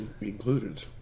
included